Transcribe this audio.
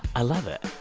i love it.